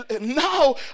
now